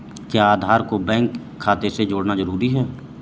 क्या आधार को बैंक खाते से जोड़ना जरूरी है?